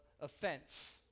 offense